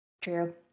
True